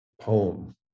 poem